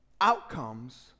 Outcomes